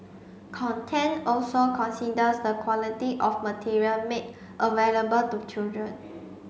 content also considers the quality of material made available to children